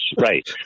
Right